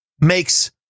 makes